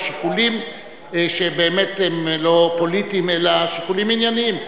שיקולים שהם באמת לא פוליטיים אלא שיקולים ענייניים.